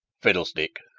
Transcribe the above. fiddlestick!